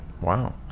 Wow